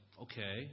Okay